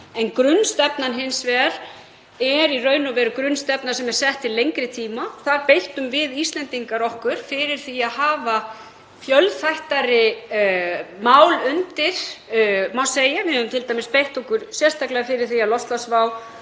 en grunnstefnan er hins vegar í raun og veru grunnstefna sem er sett til lengri tíma. Þar beittum við Íslendingar okkur fyrir því að hafa fjölþættari mál undir, má segja. Við höfum t.d. beitt okkur sérstaklega fyrir því að loftslagsvá,